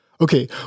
Okay